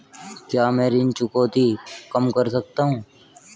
क्या मैं ऋण चुकौती कम कर सकता हूँ?